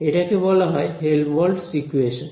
এটাকে বলা হয় হেলমহল্টজ ইকুয়েশন